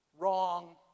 wrong